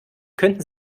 könnten